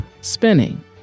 spinning